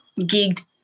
gigged